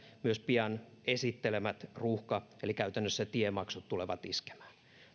myös pian esittelemät ruuhka eli käytännössä tiemaksut tulevat iskemään